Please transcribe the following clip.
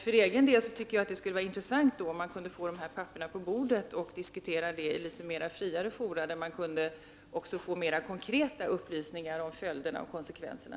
För egen del tycker jag att det skulle vara intressant att få dessa papper på bordet och kunna diskutera de här frågorna i litet friare fora, där man också kunde få litet mer konkreta upplysningar om följderna och konsekvenserna.